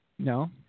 No